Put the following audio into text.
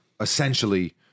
essentially